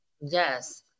Yes